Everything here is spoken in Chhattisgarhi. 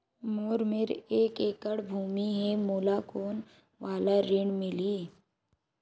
मोर मेर एक एकड़ भुमि हे मोला कोन वाला ऋण मिलही?